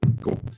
Cool